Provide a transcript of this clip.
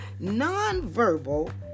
nonverbal